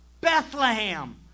Bethlehem